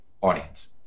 audience